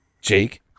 Jake